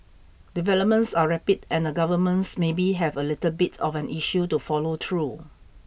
developments are rapid and the governments maybe have a little bit of an issue to follow through